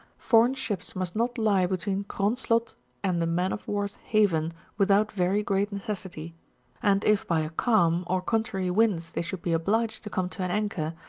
foreign ships must not lie between cronslott and the man-of war s haven without very great necessity and if by a calm, or contrary winds, they should be obliged to come to an anchor,